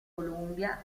columbia